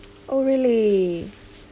oh really